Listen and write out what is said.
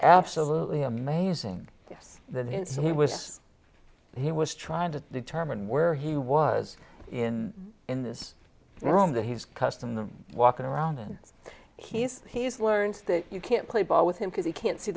absolutely amazing yes that in so he was he was trying to determine where he was in in this room that he's custom the walking around and he's he's learned that you can't play ball with him because he can't see